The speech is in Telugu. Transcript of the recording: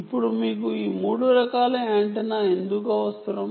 ఇప్పుడు మీకు ఈ 3 రకాల యాంటెన్నాలు ఎందుకు అవసరం